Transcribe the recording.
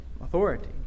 authority